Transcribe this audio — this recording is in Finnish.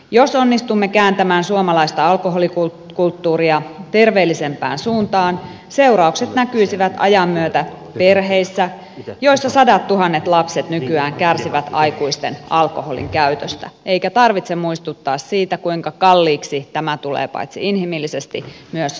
jos onnistumme kääntämään suomalaista alkoholikulttuuria terveellisempään suuntaan seuraukset näkyisivät ajan myötä perheissä joissa sadattuhannet lapset nykyään kärsivät aikuisten alkoholinkäytöstä eikä tarvitse muistuttaa siitä kuinka kalliiksi tämä tulee paitsi inhimillisesti myös kansantalouden kannalta